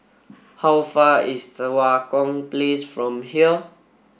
how far away is Tua Kong Place from here